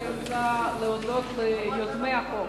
אני רוצה להודות ליוזמי החוק,